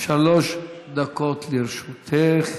שלוש דקות לרשותך.